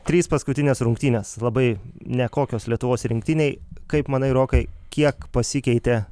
trys paskutinės rungtynės labai nekokios lietuvos rinktinei kaip manai rokai kiek pasikeitė